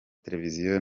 televiziyo